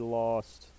lost